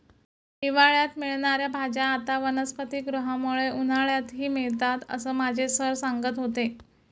हिवाळ्यात मिळणार्या भाज्या आता वनस्पतिगृहामुळे उन्हाळ्यातही मिळतात असं माझे सर सांगत होते